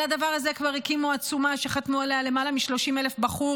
על הדבר הזה כבר הקימו עצומה שחתמו עליה למעלה מ-30,000 בחור,